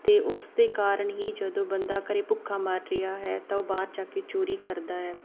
ਅਤੇ ਉਸ ਦੇ ਕਾਰਨ ਹੀ ਜਦੋਂ ਬੰਦਾ ਘਰ ਭੁੱਖਾ ਮਰ ਰਿਹਾ ਹੈ ਤਾਂ ਉਹ ਬਾਹਰ ਜਾ ਕੇ ਚੋਰੀ ਕਰਦਾ ਹੈ